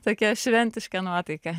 tokia šventiška nuotaika